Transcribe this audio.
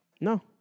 No